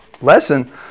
lesson